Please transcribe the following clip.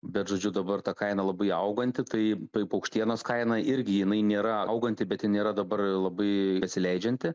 bet žodžiu dabar ta kaina labai auganti tai paukštienos kaina irgi jinai nėra auganti bet ji nėra dabar labai atsileidžianti